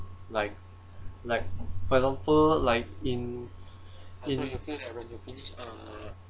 like like for example like in in